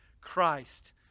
Christ